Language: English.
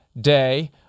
day